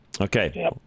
Okay